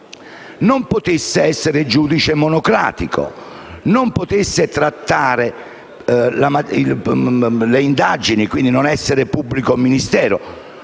non potesse essere giudice monocratico, non potesse trattare le indagini e, quindi, non potesse essere pubblico ministero.